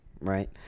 right